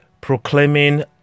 proclaiming